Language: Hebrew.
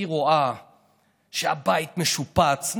והיא רואה שהבית משופץ.